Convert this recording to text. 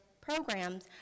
programs